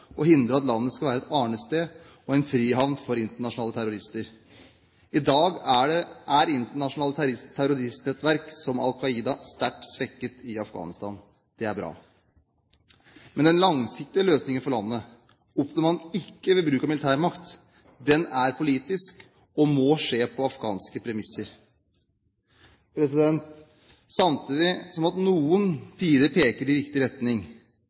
hindre at landet skal være et arnested og en frihavn for internasjonale terrorister. I dag er internasjonale terroristnettverk som Al Qaida sterkt svekket i Afghanistan. Det er bra. Men den langsiktige løsningen for landet oppnår man ikke ved bruk av militærmakt. Den er politisk og må skje på afghanske premisser. Samtidig som noen piler peker i riktig retning,